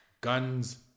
guns